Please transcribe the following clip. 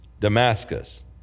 Damascus